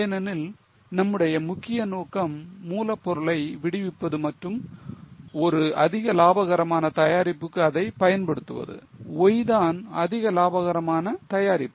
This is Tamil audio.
ஏனெனில் நம்முடைய முக்கிய நோக்கம் மூலப்பொருட்களை விடுவிப்பது மற்றும் ஒரு அதிக லாபகரமான தயாரிப்புக்கு அதைப் பயன்படுத்துவது Y தான் அதிக லாபகரமான தயாரிப்பு